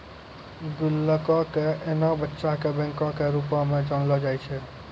गुल्लको के एना बच्चा के बैंको के रुपो मे जानलो जाय छै